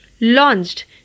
launched